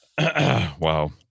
wow